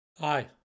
Hi